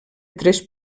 tres